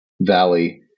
Valley